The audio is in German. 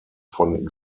von